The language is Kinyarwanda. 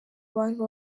abantu